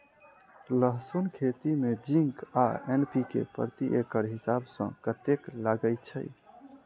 लहसून खेती मे जिंक आ एन.पी.के प्रति एकड़ हिसाब सँ कतेक लागै छै?